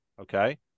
Okay